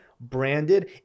branded